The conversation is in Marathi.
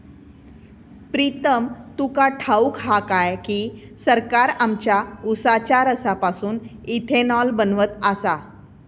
प्रीतम तुका ठाऊक हा काय की, सरकार आमच्या उसाच्या रसापासून इथेनॉल बनवत आसा